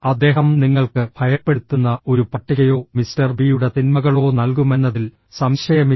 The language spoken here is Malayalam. അദ്ദേഹം നിങ്ങൾക്ക് ഭയപ്പെടുത്തുന്ന ഒരു പട്ടികയോ മിസ്റ്റർ ബിയുടെ തിന്മകളോ നൽകുമെന്നതിൽ സംശയമില്ല